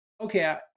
okay